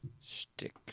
Stick